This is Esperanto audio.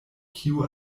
kiu